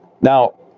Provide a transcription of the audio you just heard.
Now